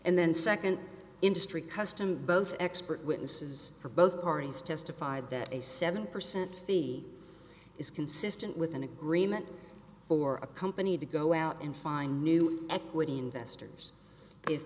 and then second industry custom both expert witnesses for both parties testified that a seven percent fee is consistent with an agreement for a company to go out and find new equity investors if